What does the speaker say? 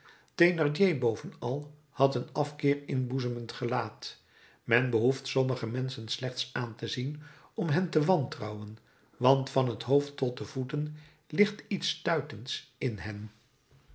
bovenal had een afkeer inboezemend gelaat men behoeft sommige menschen slechts aan te zien om hen te wantrouwen want van t hoofd tot de voeten ligt iets stuitends in hen